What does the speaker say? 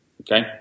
Okay